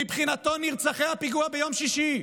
מבחינתו, נרצחי הפיגוע ביום שישי,